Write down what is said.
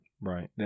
Right